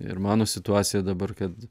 ir mano situacija dabar kad